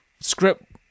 script